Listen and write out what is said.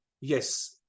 yes